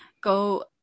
go